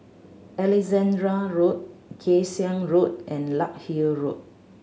Alexandra Road Kay Siang Road and Larkhill Road